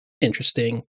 interesting